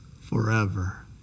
forever